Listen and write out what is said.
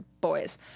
boys